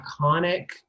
iconic